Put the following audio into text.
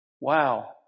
wow